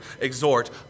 exhort